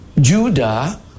Judah